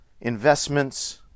investments